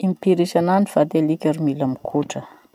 Impiry isanandro va ty alika ro mila mikotra?